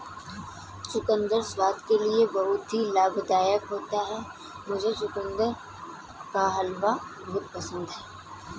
चुकंदर स्वास्थ्य के लिए बहुत ही लाभदायक होता है मुझे चुकंदर का हलवा बहुत पसंद है